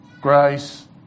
grace